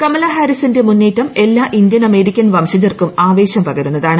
കമലഹാരിസിന്റെ മുന്നേറ്റം എല്ലാ Indian American വംശജർക്കും ആവേശം പകരുന്നതാണ്